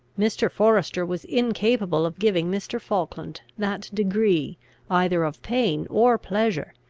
mr. forester was incapable of giving mr. falkland that degree either of pain or pleasure,